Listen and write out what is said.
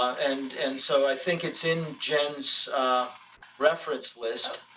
and and so i think it's in jen's reference list.